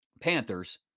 Panthers